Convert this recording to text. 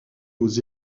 aux